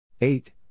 eight